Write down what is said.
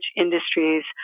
industries